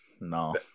no